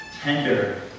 tender